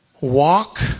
Walk